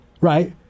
Right